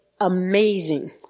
amazing